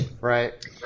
Right